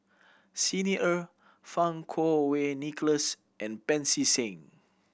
Xi Ni Er Fang Kuo Wei Nicholas and Pancy Seng